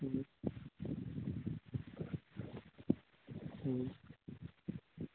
ꯎꯝ ꯎꯝ